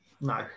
No